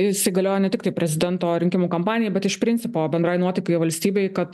įsigaliojo ne tiktai prezidento rinkimų kampanija bet iš principo bendrai nuotaikai valstybėj kad